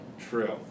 True